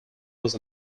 was